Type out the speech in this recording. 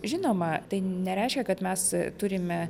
žinoma tai nereiškia kad mes turime